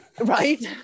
Right